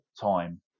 time